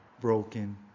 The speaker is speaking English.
broken